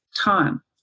time